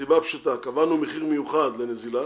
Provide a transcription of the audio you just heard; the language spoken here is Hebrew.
הסיבה פשוטה: קבענו מחיר מיוחד לנזילה.